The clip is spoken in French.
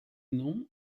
non